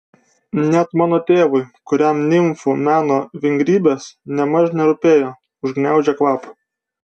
net mano tėvui kuriam nimfų meno vingrybės nėmaž nerūpėjo užgniaužė kvapą